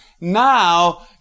now